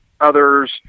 others